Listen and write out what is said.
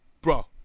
Bro